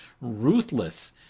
ruthless